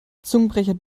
zungenbrecher